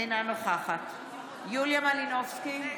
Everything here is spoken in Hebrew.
אינה נוכחת יוליה מלינובסקי,